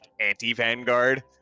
anti-vanguard